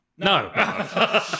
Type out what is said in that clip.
No